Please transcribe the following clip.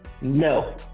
no